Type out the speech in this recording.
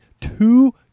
two